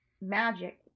magic